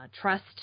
trust